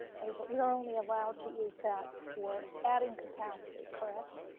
and but we are only allowed to use that for adding capacity, correct?